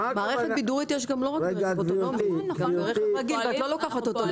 מערכת בידורית יש גם ברכב רגיל ואת לא לוקחת אותו.